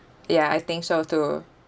ya I think so too